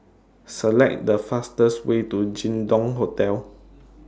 Select The fastest Way to Jin Dong Hotel